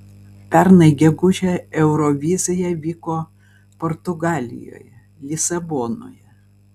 pernai gegužę eurovizija vyko portugalijoje lisabonoje